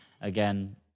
again